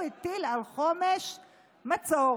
הוא הטיל על חומש מצור.